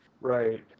Right